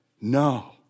no